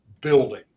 building